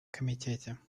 комитете